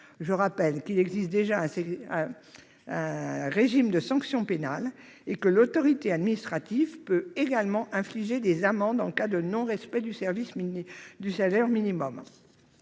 Je rappelle qu'il existe déjà un régime de sanctions pénales et que l'autorité administrative peut également infliger des amendes en cas de non-respect du salaire minimum.